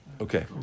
Okay